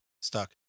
stuck